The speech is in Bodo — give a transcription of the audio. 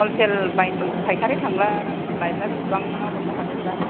हलसेल बायनो फाइखारि थांब्ला लायब्ला बेसेबांबा हरनो हागोनबा